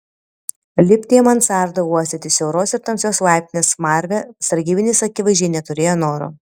lipti į mansardą uostyti siauros ir tamsios laiptinės smarvę sargybinis akivaizdžiai neturėjo noro